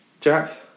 Jack